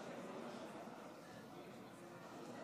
כן,